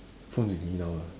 phone's with me now lah